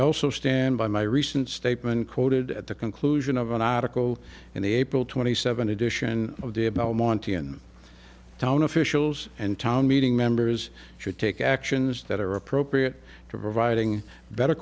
also stand by my recent statement quoted at the conclusion of an article in the april twenty seventh edition of the about monte and town officials and town meeting members should take actions that are appropriate to providing better